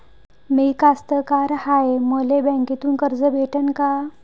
मी कास्तकार हाय, मले बँकेतून कर्ज भेटन का?